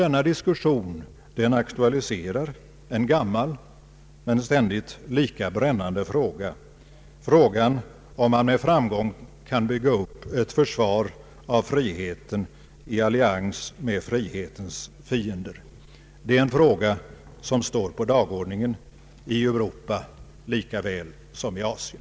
Denna diskussion aktualiserar en gammal men ständigt lika brännande fråga, nämligen om man med framgång kan bygga upp ett försvar av friheten i allians med frihetens fiender. Det är en fråga som står på dagordningen i Europa lika väl som i Asien.